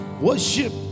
worship